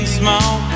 small